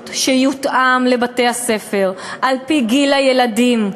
שיותאם לבתי-הספר על-פי גיל הילדים,